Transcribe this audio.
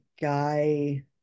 guy